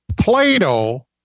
Plato